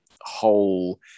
whole